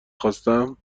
خواستم